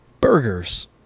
burgers